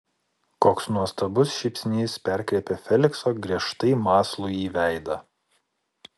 koks nuostabus šypsnys perkreipia felikso griežtai mąslųjį veidą